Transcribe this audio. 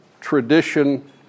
Tradition